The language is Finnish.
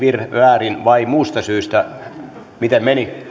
väärin vai muusta syystä